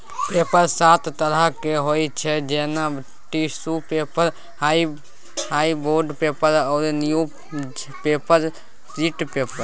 paper सात तरहक होइ छै जेना टिसु पेपर, कार्डबोर्ड पेपर आ न्युजपेपर प्रिंट पेपर